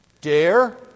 Dare